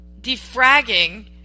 defragging